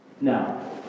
Now